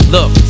Look